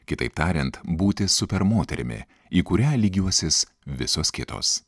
kitaip tariant būti super moterimi į kurią lygiuosis visos kitos